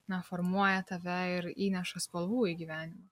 na formuoja tave ir įneša spalvų į gyvenimą